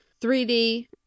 3D